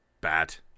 bat